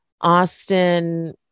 Austin